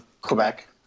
Quebec